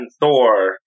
Thor